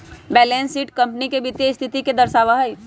balance sheet company के वित्तीय स्थिति के दर्शावा हई